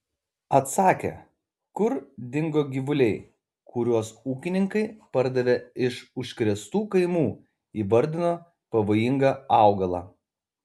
atsakė kur dingo gyvuliai kuriuos ūkininkai pardavė iš užkrėstų kaimų įvardino pavojingą augalą